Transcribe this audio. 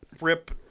Rip